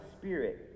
spirit